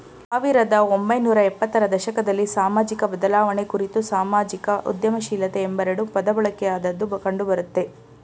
ಸಾವಿರದ ಒಂಬೈನೂರ ಎಪ್ಪತ್ತ ರ ದಶಕದಲ್ಲಿ ಸಾಮಾಜಿಕಬದಲಾವಣೆ ಕುರಿತು ಸಾಮಾಜಿಕ ಉದ್ಯಮಶೀಲತೆ ಎಂಬೆರಡು ಪದಬಳಕೆಯಾದದ್ದು ಕಂಡುಬರುತ್ತೆ